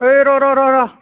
ओइ र' र' र'